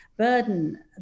burden